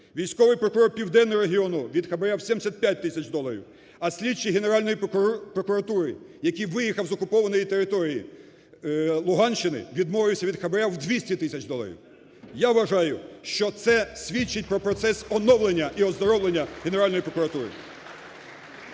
Військовий прокурор Південного регіону – від хабара в 75 тисяч доларів. А слідчий Генеральної прокуратури, який виїхав з окупованої території Луганщини, відмовився від хабара в 200 тисяч доларів. Я вважаю, що це свідчить про процес оновлення і оздоровлення Генеральної прокуратури.